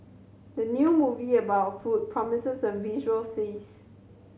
the new movie about food promises a visual feast